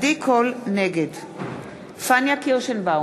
נגד פניה קירשנבאום,